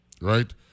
right